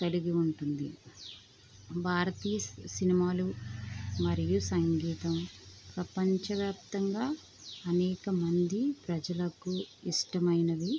కలిగి ఉంటుంది భారతీయ సినిమాలు మరియు సంగీతం ప్రపంచవ్యాప్తంగా అనేకమంది ప్రజలకు ఇష్టమైనవి